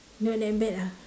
not that bad ah